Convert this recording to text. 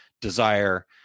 desire